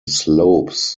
slopes